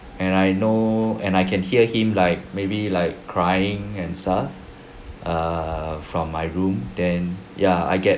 and I know and I can hear him like maybe like crying and stuff err from my room then ya I get